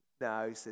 No